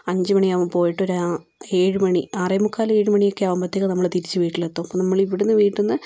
അഞ്ച് മണിയാവും പോയിട്ടൊരു ആ ഏഴ് മണി ആറേ മുക്കാൽ ഏഴ് മണിയൊക്കെ ആവുമ്പോഴ്ത്തേക്ക് നമ്മൾ തിരിച്ച് വീട്ടിൽ എത്തും അപ്പോൾ നമ്മൾ ഇവിടിന്ന് വീട്ടിന്ന്